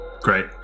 great